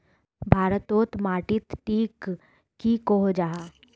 भारत तोत माटित टिक की कोहो जाहा?